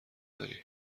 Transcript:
داری